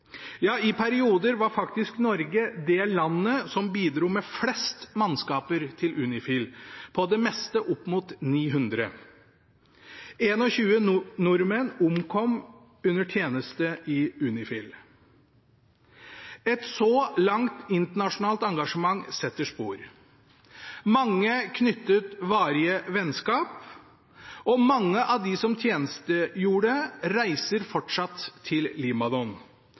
Ja, i perioder var faktisk Norge det landet som bidro med flest mannskaper til UNIFIL, på det meste opp mot 900. 21 nordmenn omkom under tjeneste i UNIFIL. Et så langt internasjonalt engasjement setter spor. Mange knyttet varige vennskap, og mange av dem som tjenestegjorde, reiser fortsatt til